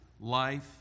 life